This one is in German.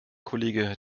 kollege